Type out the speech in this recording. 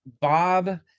Bob